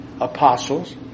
apostles